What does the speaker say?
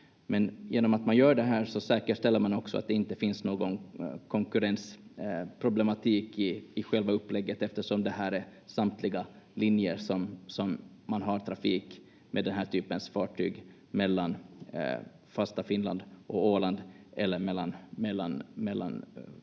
Men genom att man gör det här säkerställer man också att det inte finns någon konkurrensproblematik i själva upplägget, eftersom det här är samtliga linjer där man har trafik med den här typens fartyg mellan fasta Finland och Åland eller mellan